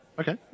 Okay